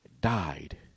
died